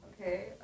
Okay